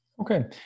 okay